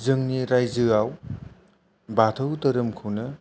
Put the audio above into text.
जोंनि रायजोयाव बाथौ धोरोमखौनो